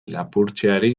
lapurtzeari